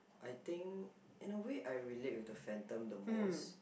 I think in a way I related with the Phantom the most